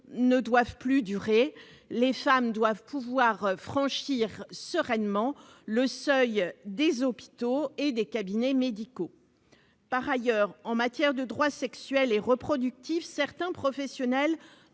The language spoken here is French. ne doivent plus durer. Les femmes doivent pouvoir franchir sereinement le seuil des hôpitaux et des cabinets médicaux. En outre, en matière de droits sexuels et reproductifs, certains professionnels